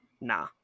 nah